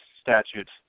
statutes